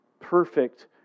perfect